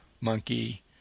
monkey